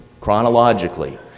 chronologically